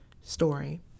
story